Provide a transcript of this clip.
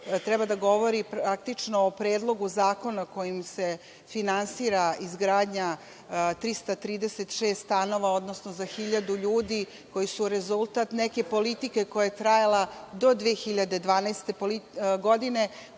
treba da govori praktično o predlogu zakona kojim se finansira izgradnja 336 stanova, odnosno za hiljadu ljudi koji su rezultat neke politike koja je trajala do 2012. godine,